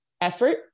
effort